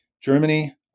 Germany